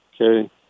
okay